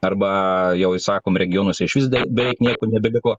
arba jau ir sakom regionuose išvis beveik nieko nebeliko